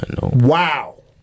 Wow